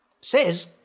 Says